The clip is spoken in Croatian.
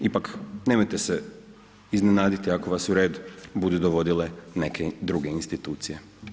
Ipak nemojte se iznenaditi ako vas u red budu dovodile neke druge institucije.